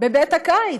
בבית הקיץ,